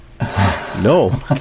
No